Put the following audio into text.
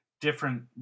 different